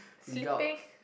sleeping